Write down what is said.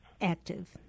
active